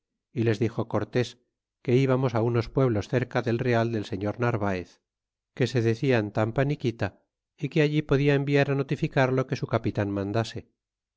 y les dixo cortés que íbamos unos pueblos cerca del real del señor narvaez que se decian tarnpaniquita y que allí podia enviar notificar lo que su capitan mandase